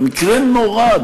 מקרה נורא,